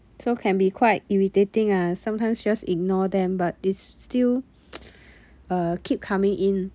so can be quite irritating ah sometimes just ignore them but it's still uh keep coming in